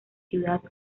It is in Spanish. ciudad